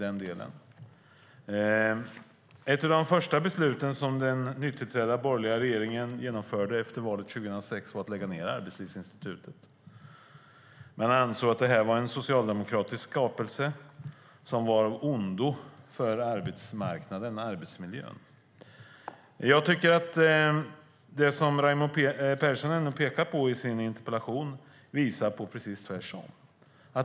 Ett av de första besluten som den nytillträdda borgerliga regeringen fattade efter valet 2006 var att man skulle lägga ned Arbetslivsinstitutet. Man ansåg att det var en socialdemokratisk skapelse som var av ondo för arbetsmarknaden och arbetsmiljön. Jag tycker att det som Raimo Pärssinen pekar på i sin interpellation visar på att det är precis tvärtom.